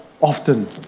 often